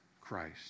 Christ